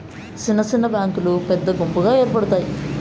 సిన్న సిన్న బ్యాంకులు పెద్ద గుంపుగా ఏర్పడుతాయి